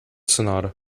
sonata